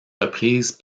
reprises